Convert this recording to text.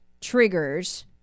triggers